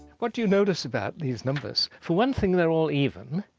what do you notice about these numbers? for one thing they're all even.